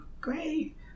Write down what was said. great